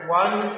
one